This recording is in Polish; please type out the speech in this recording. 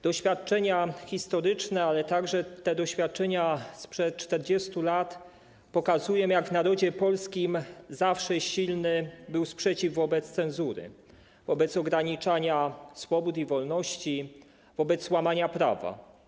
Doświadczenia historyczne, ale także te doświadczenia sprzed 40 lat pokazują, jak w narodzie polskim zawsze silny był sprzeciw wobec cenzury, wobec ograniczania swobód i wolności, wobec łamania prawa.